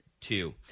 two